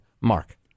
Mark